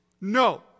No